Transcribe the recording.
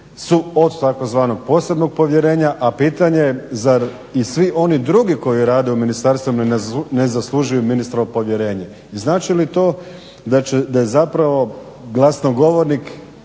su tzv. posebnog povjerenja, a pitanje zar i svi oni drugi koji rade u ministarstvima ne zaslužuju ministrovo povjerenje. I znači li to da je zapravo glasnogovornik